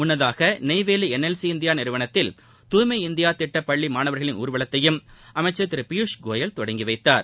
முள்ளதாக Neyveli N L C India நிறவனத்தில் தூய்மை இந்தியா திட்டப் பள்ளி மாணவர்களின் ஊர்வலத்தையும் அமைச்சர் திரு பியூஷ் கோயல் தொடங்கி வைத்தார்